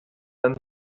dann